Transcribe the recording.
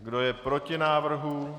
Kdo je proti návrhu?